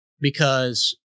because-